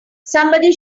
somebody